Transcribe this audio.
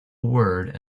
word